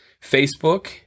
Facebook